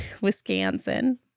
Wisconsin